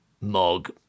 Mog